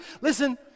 Listen